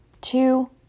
two